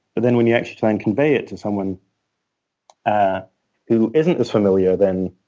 but then when you actually try and convey it to someone ah who isn't as familiar, then